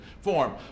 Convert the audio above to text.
form